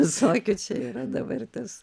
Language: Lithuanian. visokių čia yra dabarties